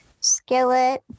Skillet